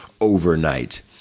overnight